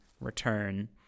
return